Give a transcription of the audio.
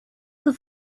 the